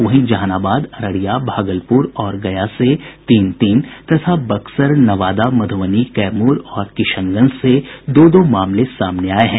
वहीं जहानाबाद अररिया भागलपुर और गया से तीन तीन तथा बक्सर नवादा मधुबनी कैमूर और किशनगंज से दो दो मामले सामने आये हैं